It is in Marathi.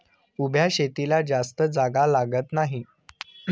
उभ्या शेतीला जास्त जागा लागत नाही